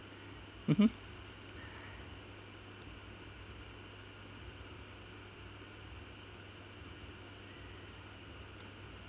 mmhmm